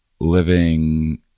living